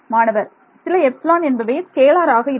மாணவர் சில எப்ஸிலான் என்பவை ஸ்கேலார் ஆக இருக்கும்